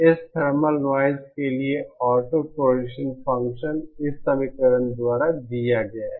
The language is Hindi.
इस थर्मल नॉइज़ के लिए ऑटोकरिलेशन फंक्शन इस समीकरण द्वारा दिया गया है